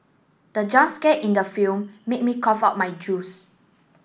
the jump scare in the film made me cough out my juice